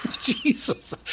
Jesus